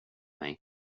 mig